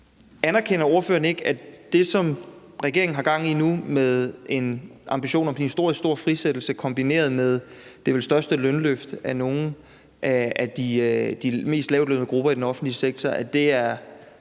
Anerkender ordføreren ikke, at det, som regeringen har gang i nu med en ambition om sådan en historisk stor frisættelse kombineret med det vel største lønløft af nogle af de lavest lønnede grupper i den offentlige sektor, er